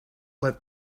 let